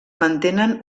mantenen